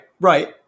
Right